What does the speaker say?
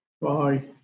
Bye